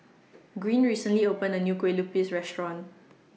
Gwyn recently opened A New Kue Lupis Restaurant